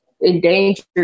endangered